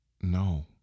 no